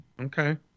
Okay